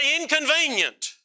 inconvenient